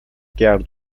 گرد